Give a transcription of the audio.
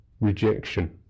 rejection